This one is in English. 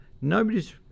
nobody's